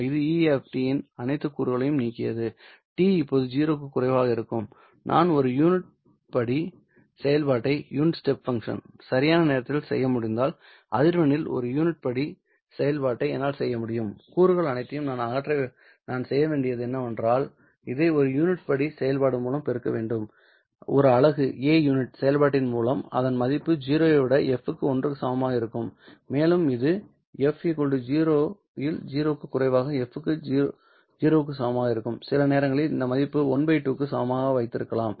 இது e at இன் அனைத்து கூறுகளையும் நீக்கியது t இப்போது 0 க்கும் குறைவாக இருந்தபோது நான் ஒரு யூனிட் படி செயல்பாட்டை சரியான நேரத்தில் செய்ய முடிந்தால் அதிர்வெண்ணில் ஒரு யூனிட் படி செயல்பாட்டை என்னால் செய்ய முடியும் கூறுகள் அனைத்தையும் அகற்ற நான் செய்ய வேண்டியது என்னவென்றால் இதை ஒரு யூனிட் படி செயல்பாடு மூலம் பெருக்க வேண்டும் ஒரு அலகு செயல்பாட்டின் மூலம் அதன் மதிப்பு 0 ஐ விட f க்கு ஒன்றுக்கு சமமாக இருக்கும் மேலும் இது f 0 இல் 0 க்கும் குறைவாக f க்கு 0 க்கு சமமாக இருக்கும் சில நேரங்களில் இந்த மதிப்பை ½ க்கு சமமாக வைத்திருக்கலாம்